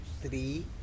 three